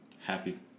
Happy